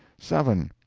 seven.